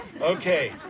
Okay